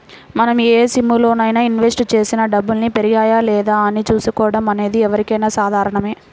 మనం ఏ స్కీములోనైనా ఇన్వెస్ట్ చేసిన డబ్బుల్ని పెరిగాయా లేదా అని చూసుకోవడం అనేది ఎవరికైనా సాధారణమే